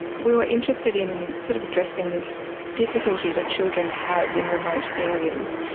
we were interested in sort of addressing this difficulty that children have in remote areas,